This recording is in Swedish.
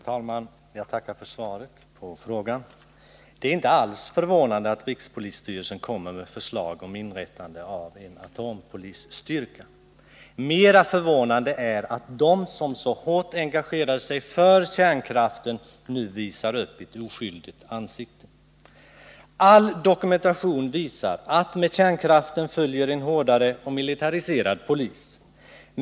Herr talman! Jag tackar för svaret på frågan. Det är inte alls förvånande att rikspolisstyrelsen kommer med ett förslag om inrättande av en atompolisstyrka. Mer förvånande är att de som hårt engagerat sig för kärnkraften nu visar upp ett oskyldigt ansikte. All dokumentation visar att med kärnkraften följer en hårdare och militariserad 47 polis.